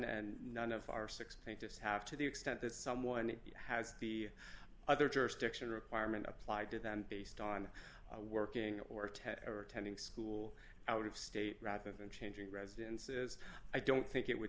and none of our six plaintiffs have to the extent that someone has the other jurisdiction requirement applied to them based on working or ted or attending school out of state rather than changing residences i don't think it would